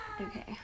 Okay